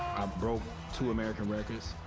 broke two american records.